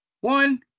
one